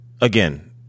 Again